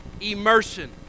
immersion